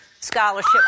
scholarship